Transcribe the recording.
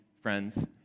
friends